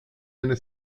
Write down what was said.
eine